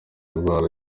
ndwara